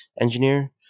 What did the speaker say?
engineer